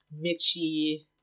Mitchie